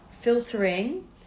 filtering